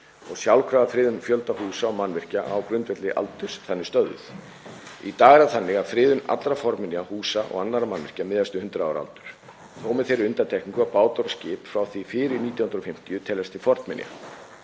og sjálfkrafa friðun fjölda húsa og mannvirkja á grundvelli aldurs þannig stöðvuð. Í dag er það þannig að friðun allra fornminja, húsa og annarra mannvirkja miðast við 100 ára aldur, þó með þeirri undantekningu að bátar og skip frá því fyrir 1950 teljast til fornminja.